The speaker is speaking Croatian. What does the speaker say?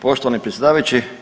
Poštovani predsjedavajući.